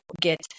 get